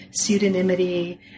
pseudonymity